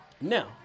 Now